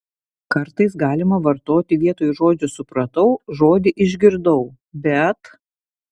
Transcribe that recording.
kartais galima vartoti vietoj žodžio supratau žodį išgirdau bet